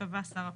שקבע שר הפנים.